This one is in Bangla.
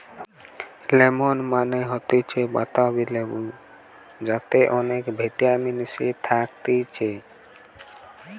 লেমন মানে হতিছে বাতাবি লেবু যাতে অনেক ভিটামিন সি থাকতিছে